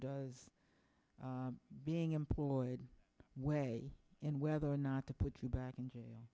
does being employed way and whether or not to put you back in jail